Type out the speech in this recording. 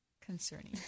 concerning